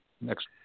next